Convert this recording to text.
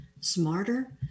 smarter